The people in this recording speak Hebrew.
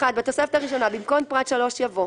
(1)בתוספת הראשונה, במקום פרט 3 יבוא: